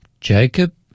Jacob